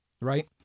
right